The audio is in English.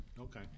Okay